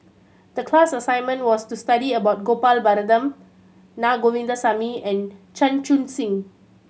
the class assignment was to study about Gopal Baratham Na Govindasamy and Chan Chun Sing